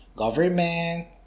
Government